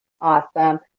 Awesome